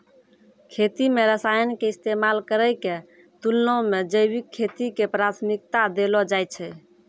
खेती मे रसायन के इस्तेमाल करै के तुलना मे जैविक खेती के प्राथमिकता देलो जाय छै